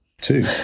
two